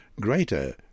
greater